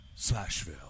Slashville